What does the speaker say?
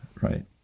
right